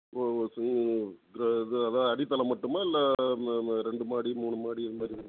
இப்போது அதா அதுதான் அடித்தளம் மட்டுமா இல்லை ரெண்டு மாடி மூணு மாடி இதுமாதிரி